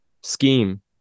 scheme